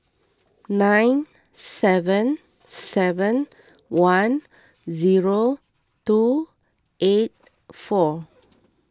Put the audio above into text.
nine seven seven one zero two eight four